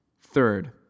Third